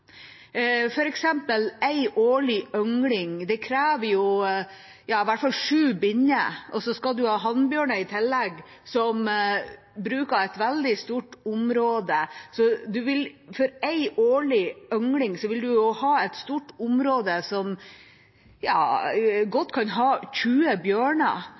hvert fall sju binner, og så skal en i tillegg ha hannbjørner, som bruker et veldig stort område. For én årlig yngling vil man ha et stort område som godt kan ha 20